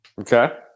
okay